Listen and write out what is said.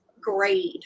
grade